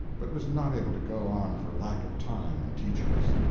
but was not able to go on for lack of time and teachers.